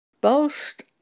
Boast